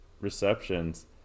receptions